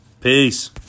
Peace